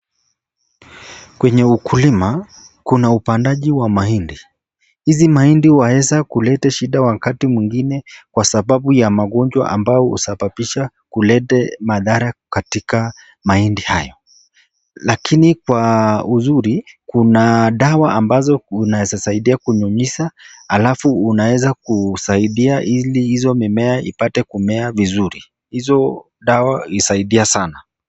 Kwenye ukulima kuna upandaji wa mahindi hizi mahindi waweza kuleta shida wakati mwingine kwa sababu magonjwa ambayo wanasababisha kuleta madhara katika mahindi haya, lakini Kwa uzuri Kuna dwa bazo unaeza kuzadia kunyunyisa alafu unaweza kuzadia hili mimea ipate kumea vizuri hizo dawa usaidia sana.